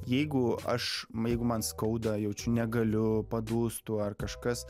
jeigu aš jeigu man skauda jaučiu negaliu dūstu ar kažkas